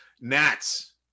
gnats